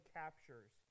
captures